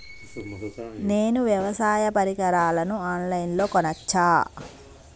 నేను వ్యవసాయ పరికరాలను ఆన్ లైన్ లో కొనచ్చా?